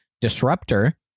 disruptor